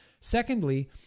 Secondly